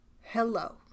hello